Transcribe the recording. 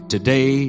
Today